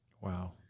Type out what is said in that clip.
Wow